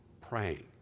praying